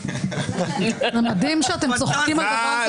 זה מדהים שאתם צוחקים על דבר כזה.